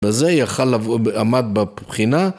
‫בזה יכל לכל... עמד בבחינה.